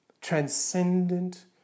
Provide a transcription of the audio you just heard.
transcendent